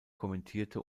kommentierte